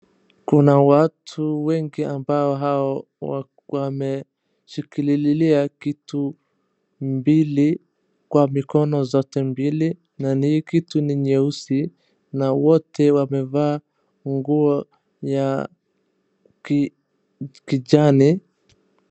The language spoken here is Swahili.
Kuna watu wengi ambao hao wameshikilia kitu mbili kwa mikono zote mbili. Na ni hii kitu ni nyeusi na wote wamevaa nguo ya kijani.